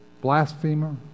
blasphemer